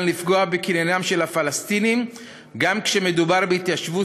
לפגוע בקניינם של הפלסטינים גם כשמדובר בהתיישבות